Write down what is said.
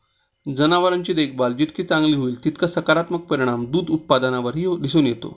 जनावरांची देखभाल जितकी चांगली होईल, तितका सकारात्मक परिणाम दूध उत्पादनावरही दिसून येतो